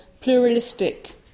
pluralistic